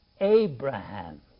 Abraham